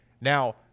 now